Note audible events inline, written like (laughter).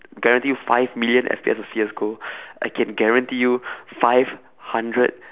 guarantee you five million F_P_S on C_S go (breath) I can guarantee you five hundred